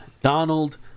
Donald